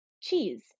cheese